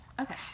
okay